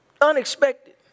unexpected